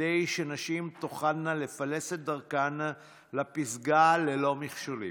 כדי שנשים תוכלנה לפלס את דרכן לפסגה ללא מכשולים.